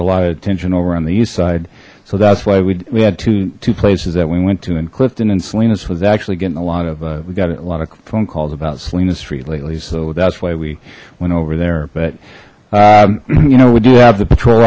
a lot of tension over on the east side so that's why we had to to places that we went to and clifton and salinas was actually getting a lot of we got a lot of phone calls about selena street lately so that's why we went over there but you know would you have the patrol